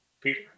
Peter